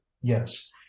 yes